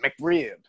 McRib